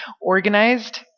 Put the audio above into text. organized